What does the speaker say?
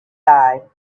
die